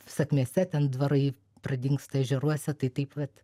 sakmėse ten dvarai pradingsta ežeruose tai taip vat